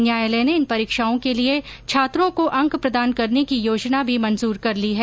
न्यायालय ने इन परीक्षाओं के लिए छात्रों को अंक प्रदान करने की योजना भी मंजूर कर ली है